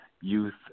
youth